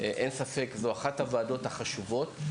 אין ספק, זאת אחת הוועדות החשובות.